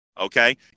Okay